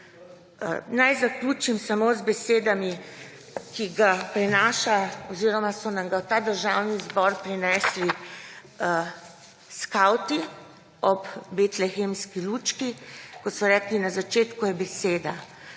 Naj zaključim samo z besedami, ki ga prinaša oziroma so nam ga v ta državni zbor prinesli skavti ob betlehemski lučki, ko so rekli: »Na začetku je beseda.